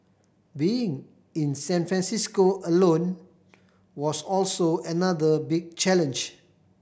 being in San Francisco alone was also another big challenge